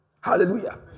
Hallelujah